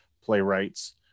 playwrights